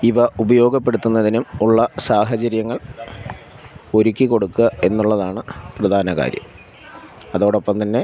ഇവ ഉപയോഗപ്പെടുത്തുന്നതിനും ഉള്ള സാഹചര്യങ്ങൾ ഒരുക്കി കൊടുക്കുക എന്നുള്ളതാണ് പ്രധാന കാര്യം അതോടൊപ്പം തന്നെ